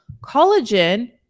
Collagen